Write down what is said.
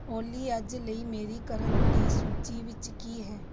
ਓਲੀ ਅੱਜ ਲਈ ਮੇਰੀ ਕਰਨ ਦੀ ਸੂਚੀ ਵਿੱਚ ਕੀ ਹੈ